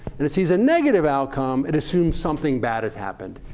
and it sees a negative outcome, it assumes something bad has happened.